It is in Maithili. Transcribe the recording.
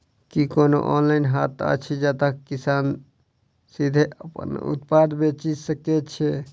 की कोनो ऑनलाइन हाट अछि जतह किसान सीधे अप्पन उत्पाद बेचि सके छै?